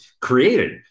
created